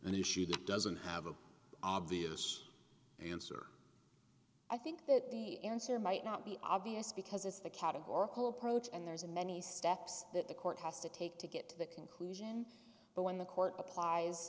an issue that doesn't have an obvious answer i think that the answer might not be obvious because it's the categorical approach and there's a many steps that the court has to take to get to the conclusion but when the court applies